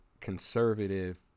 conservative